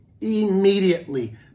Immediately